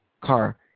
car